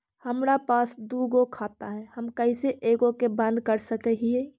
हमरा पास दु गो खाता हैं, हम कैसे एगो के बंद कर सक हिय?